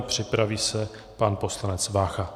Připraví se pan poslanec Vácha.